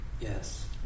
Yes